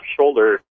shoulder